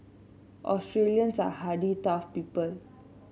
Australians are hardy tough people